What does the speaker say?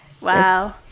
wow